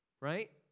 right